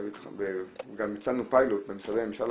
גם הצענו פיילוט למשרדי הממשלה,